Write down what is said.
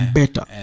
better